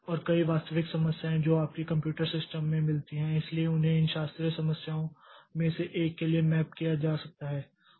और कई वास्तविक समस्याएं जो आपको कंप्यूटर सिस्टम में मिलती हैं इसलिए उन्हें इन शास्त्रीय समस्याओं में से एक के लिए मैप किया जा सकता है